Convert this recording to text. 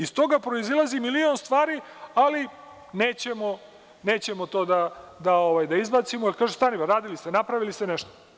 Iz toga proizilazi milion stvari, ali nećemo to da izbacimo, jer kaže – stani, radili ste, napravili ste nešto.